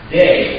day